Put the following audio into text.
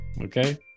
Okay